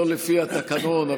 לא לפי התקנון,